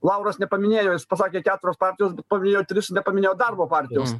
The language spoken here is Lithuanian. lauras nepaminėjo jis pasakė keturios partijos paminėjo tris nepaminėjo darbo partijos